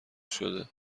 شده